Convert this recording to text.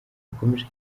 yakomeje